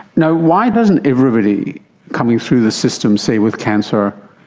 now, why doesn't everybody coming through the system, say with cancer,